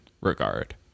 regard